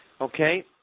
Okay